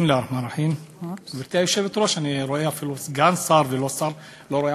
תוכנית הלימודים באזרחות זה עשרות שנים